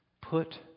Put